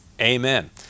amen